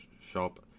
Shop